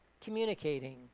communicating